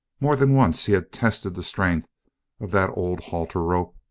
more than once he had tested the strength of that old halter rope,